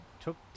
took